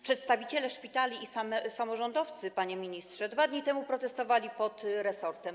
Przedstawiciele szpitali i samorządowcy, panie ministrze, 2 dni temu protestowali pod resortem.